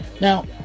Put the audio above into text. now